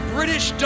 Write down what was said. British